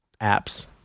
apps